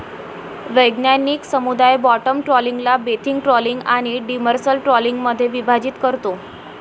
वैज्ञानिक समुदाय बॉटम ट्रॉलिंगला बेंथिक ट्रॉलिंग आणि डिमर्सल ट्रॉलिंगमध्ये विभाजित करतो